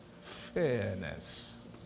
fairness